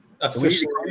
officially